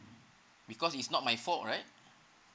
because it's not my fault right